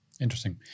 Interesting